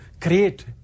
create